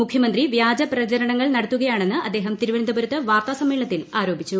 മുഖ്യമന്ത്രി വ്യാജ പ്രചരണങ്ങൾ നടത്തുകയാണെന്ന് അദ്ദേഹം തിരുവനന്തപുരത്ത് വാർത്താസമ്മേളനത്തിൽ ആരോപിച്ചു